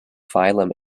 phylum